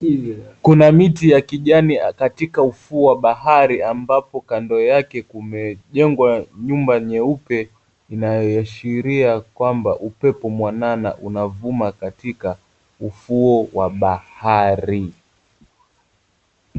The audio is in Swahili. Kuna miti ya kijani katika ufuo wa bahari ambapo kando yake kumejengwa nyumba nyeupe inayoashiria kwamba upepo mwanana unavuma katika ufuo wa bahari.